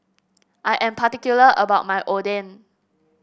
I am particular about my Oden